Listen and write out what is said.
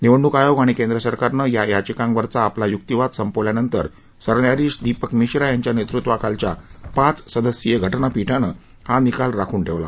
निवडणूक आयोग आणि केंद्र सरकारनं या याचिकांवरचा आपला युक्तिवाद संपवल्यानंतर सरन्यायाधीश दीपक मिश्रा यांच्या नेतृत्वाखालच्या पाच सदस्यीय घटनापीठानं हा निकाल राखून ठेवला